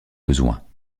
besoins